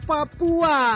Papua